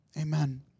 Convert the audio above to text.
amen